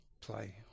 play